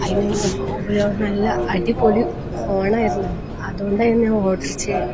അതിനു നല്ല അടിപൊളി ഫോണായിരുന്നു അതുകൊണ്ടായിരുന്നു ഞാൻ ഓർഡർ ചെയ്തത്